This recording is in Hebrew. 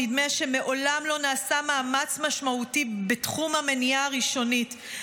נדמה שמעולם לא נעשה מאמץ משמעותי בתחום המניעה הראשונית.